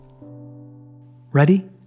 Ready